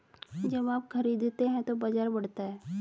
जब आप खरीदते हैं तो बाजार बढ़ता है